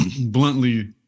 bluntly